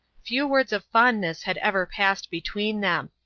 few words of fondness had ever passed between them.